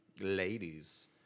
ladies